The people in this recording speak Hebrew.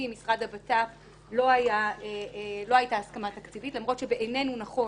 במשרד לביטחון הפנים לא הייתה הסכמה תקציבית למרות שבעינינו נכון